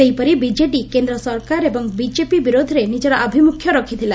ସେହିପରି ବିଜେଡ଼ି କେନ୍ଦ୍ର ସରକାର ଏବଂ ବିଜେପି ବିରୋଧରେ ନିଜର ଆଭିମୁଖ୍ୟ ରଖିଥିଲା